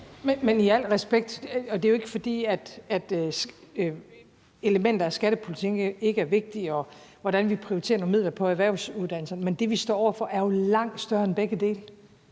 Men i al respekt, og det er jo ikke, fordi elementer af skattepolitikken, og hvordan vi prioriterer nogle midler på erhvervsuddannelserne, ikke er vigtige, er det, vi står over for, jo langt større end begge dele.